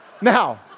Now